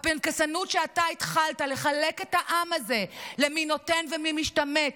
הפנקסנות שאתה התחלת לחלק את העם הזה למי נותן ומי משתמט,